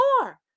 more